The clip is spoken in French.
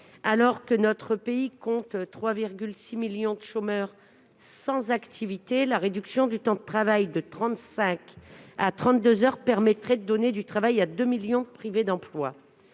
Alors que notre pays compte 3,6 millions de chômeurs sans activité, la réduction du temps de travail de 35 heures à 32 heures permettrait de donner du travail à 2 millions de personnes privées d'emploi.